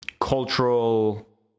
cultural